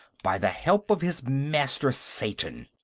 by the help of his master, satan!